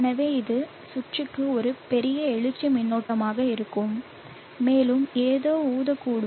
எனவே இது சுற்றுக்கு ஒரு பெரிய எழுச்சி மின்னோட்டமாக இருக்கும் மேலும் ஏதோ ஊதக்கூடும்